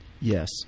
Yes